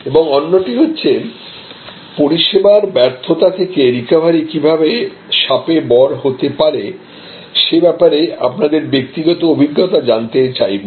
এবং অন্যটি হচ্ছে পরিষেবার ব্যর্থতা থেকে রিকভারি কিভাবে শাপে বর হতে পারে সে ব্যাপারে আপনাদের ব্যক্তিগত অভিজ্ঞতা জানতে চাইবো